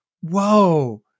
whoa